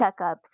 checkups